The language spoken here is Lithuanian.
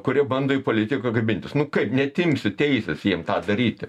kurie bando į politiką kabintis nu kaip neatimsi teisės jiem tą daryti